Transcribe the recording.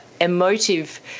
emotive